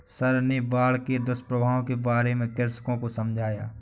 sir ने बाढ़ के दुष्प्रभावों के बारे में कृषकों को समझाया